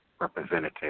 representative